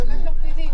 אנחנו באמת לא מבינים.